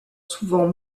souvent